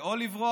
זה או לברוח